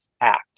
act